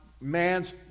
man's